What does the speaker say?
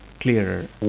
clearer